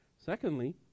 Secondly